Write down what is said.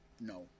No